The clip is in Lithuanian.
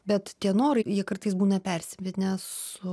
bet tie norai jie kartais būna persipynę su